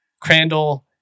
Crandall